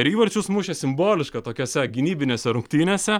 ir įvarčius mušė simboliška tokiose gynybinėse rungtynėse